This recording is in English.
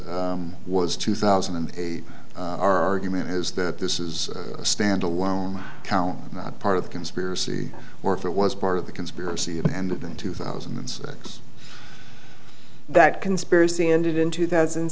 was two thousand and eight our argument is that this is a stand alone count not part of the conspiracy or if it was part of the conspiracy and in two thousand and six that conspiracy ended in two thousand